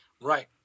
Right